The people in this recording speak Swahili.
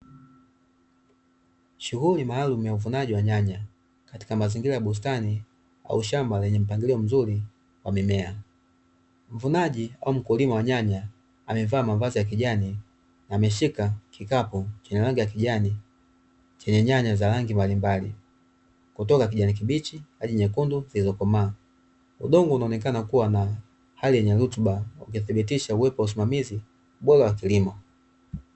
Shughuli maalumu ya uvunaji wa nyanya katika mazingira ya bustani au shamba lenye mpangilio mzuri wa mimea. Mvunaji kwa mkulima wa nyanya amevaa mavazi ya kijani ameshika kikapu chenye rangi ya kijani chenye nyanya za rangi mbalimbali, kutoka kijani kibichi hadi nyekundu zilizokomaa. Udongo unaonekana kuwa na hali yenye rutuba ukidhibitisha uwepo wa usimamizi, ubora wa kilimo.